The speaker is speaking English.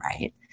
right